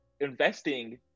investing